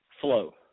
flow